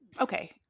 Okay